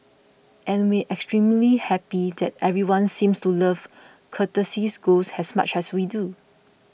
and we extremely happy that everyone seems to love Courtesy Ghost as much as we do